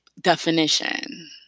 definition